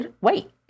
wait